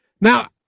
now